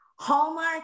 Hallmark